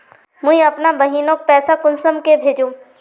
मुई अपना बहिनोक पैसा कुंसम के भेजुम?